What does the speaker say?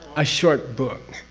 a short book,